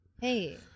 Hey